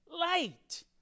light